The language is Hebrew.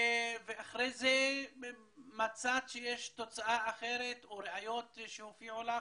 ואחרי זה מצאת שיש תוצאה אחרת או ראיות שהופיעו לך?